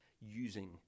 using